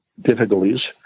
difficulties